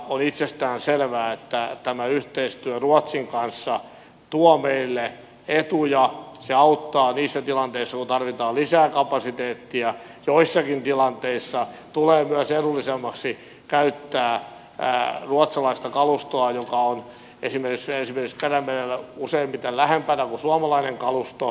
on itsestään selvää että tämä yhteistyö ruotsin kanssa tuo meille etuja se auttaa niissä tilanteissa kun tarvitaan lisää kapasiteettia joissakin tilanteissa tulee myös edullisemmaksi käyttää ruotsalaista kalustoa joka on esimerkiksi perämerellä useimmiten lähempänä kuin suomalainen kalusto